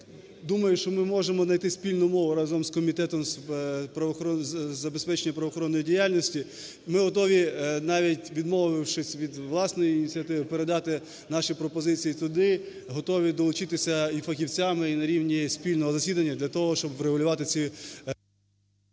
думаю, що ми можемо знайти спільну мову разом з Комітетом забезпечення правоохоронної діяльності, ми готові, навіть відмовившись від власної ініціативи, передати наші пропозиції туди, готові долучитися і фахівцями, і на рівні спільного засідання для того, щоб врегулювати ці…